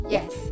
Yes